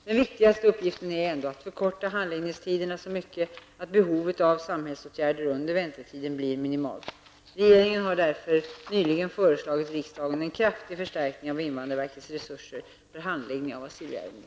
Den viktigaste uppgiften är ändå att förkorta handläggningstiderna så mycket, att behovet av samhällsåtgärder under väntetiden blir minimalt. Regeringen har därför nyligen föreslagit riksdagen en kraftig förstärkning av invandrarverkets resurser för handläggning av asylärenden.